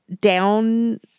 down